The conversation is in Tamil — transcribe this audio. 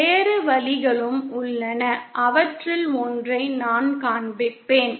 வேறு வழிகளும் உள்ளன அவற்றில் ஒன்றை நான் காண்பிப்பேன்